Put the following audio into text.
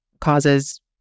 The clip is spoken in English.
causes